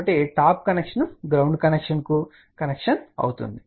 కాబట్టి top connection ground కనెక్షన్కు connection అవుతుంది